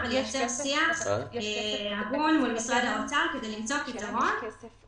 יש שיח מול משרד האוצר כדי למצוא פתרון